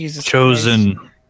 chosen